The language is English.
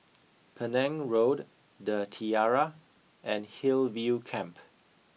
Penang Road the Tiara and Hillview Camp